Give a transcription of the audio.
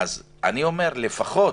אני אומר שלפחות